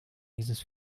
dieses